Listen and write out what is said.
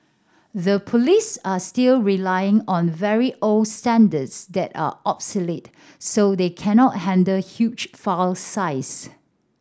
the police are still relying on very old standards that are obsolete so they cannot handle huge file size